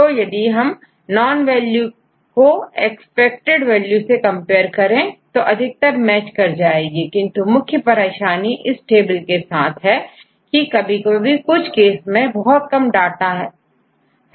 तो यदि हम नॉन वैल्यू को एक्सपेक्टेड वैल्यू से कंपेयर करें तो अधिकतर मैच कर जाएंगी किंतु मुख्य परेशानी इस टेबल के साथ है कि कभी कभी कुछ केस में बहुत कम डांटा है